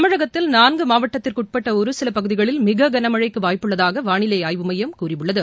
தமிழகத்தில் நான்கு மாவட்டத்திற்குட்பட்ட ஒருசில பகுதிகளில் மிக கனமழைக்கு வாய்ப்புள்ளதாக வானிலை ஆய்வுமையம் கூறியுள்ளது